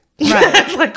right